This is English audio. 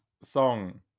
song